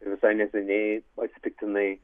visai neseniai atsitiktinai